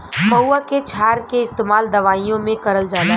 महुवा के क्षार के इस्तेमाल दवाईओ मे करल जाला